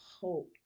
hope